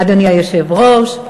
אדוני היושב-ראש,